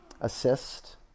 assist